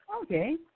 Okay